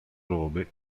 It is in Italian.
nome